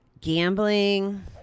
gambling